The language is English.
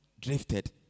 drifted